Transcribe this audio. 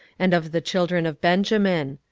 and of the children of benjamin.